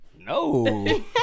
No